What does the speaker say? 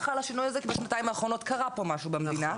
חל השינוי הזה בשנתיים האחרונות כי קרה פה משהו במדינה,